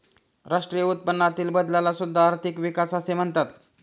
राष्ट्रीय उत्पन्नातील बदलाला सुद्धा आर्थिक विकास असे म्हणतात